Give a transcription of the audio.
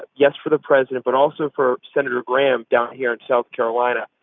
yes, for the president, but also for senator graham down here in south carolina.